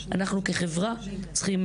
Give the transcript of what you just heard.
אנחנו כחברה צריכים